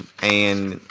and,